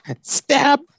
stab